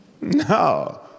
No